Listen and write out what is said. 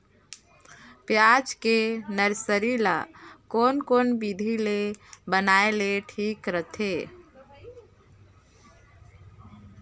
पियाज के नर्सरी ला कोन कोन विधि ले बनाय ले ठीक रथे?